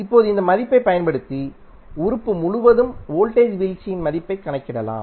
இப்போது இந்த மதிப்பைப் பயன்படுத்தி உறுப்பு முழுவதும் வோல்டேஜ் வீழ்ச்சியின் மதிப்பைக் கணக்கிடலாம்